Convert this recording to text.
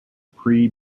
pre